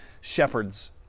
shepherds